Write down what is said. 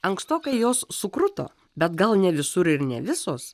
ankstokai jos sukruto bet gal ne visur ir ne visos